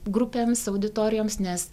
grupėms auditorijoms nes